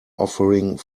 offering